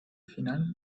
final